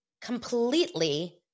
completely